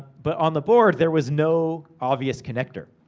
but, on the board, there was no obvious connector.